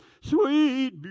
sweet